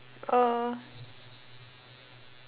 oh